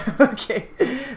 Okay